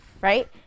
right